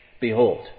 Behold